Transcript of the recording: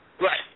Right